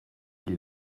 les